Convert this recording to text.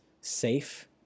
safe